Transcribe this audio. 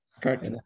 Correct